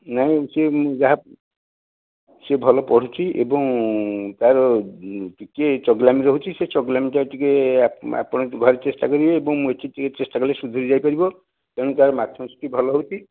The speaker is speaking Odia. ନାଇଁ ସେ ଯାହା ସେ ଭଲ ପଢ଼ୁଛି ଏବଂ ତା'ର ଟିକିଏ ଚଗଲାମୀ ରହୁଛି ସେ ସେ ଚଗଲାମୀଟା ଟିକିଏ ଆପଣ ଘରେ ଚେଷ୍ଟା କରିବେ ଏବଂ ଏଠି ଟିକିଏ ଚେଷ୍ଟା କଲେ ସୁଧୁରି ଯାଇପାରିବ ତେଣୁ ତା'ର ମାଥମାଟିକ୍ସ୍ ଭଲ ହେଉଛି